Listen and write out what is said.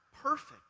perfect